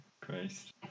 Christ